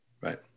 Right